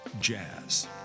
jazz